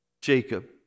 Jacob